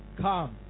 come